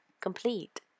complete